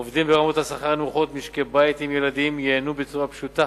עובדים ברמות השכר הנמוכות ומשקי-בית עם ילדים ייהנו בצורה פשוטה